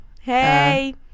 Hey